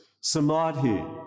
samadhi